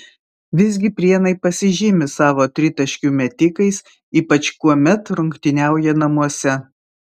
visgi prienai pasižymi savo tritaškių metikais ypač kuomet rungtyniauja namuose